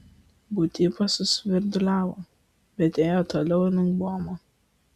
būtybė susvirduliavo bet ėjo toliau link buomo